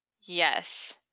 Yes